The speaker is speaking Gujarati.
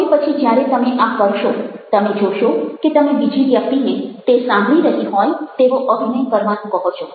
હવે પછી જ્યારે તમે આ કરશો તમે જોશો કે તમે બીજી વ્યક્તિને તે સાંભળી રહી હોય તેવો અભિનય કરવાનું કહો છો